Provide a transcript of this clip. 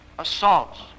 Assaults